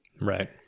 Right